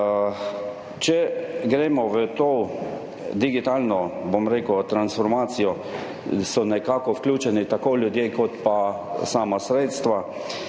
če gremo v to digitalno transformacijo, so nekako vključeni tako ljudje kot sama sredstva.